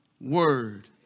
word